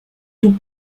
tout